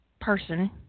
person